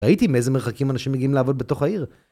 ראיתי מאיזה מרחקים אנשים מגיעים לעבוד בתוך העיר.